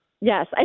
Yes